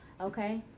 okay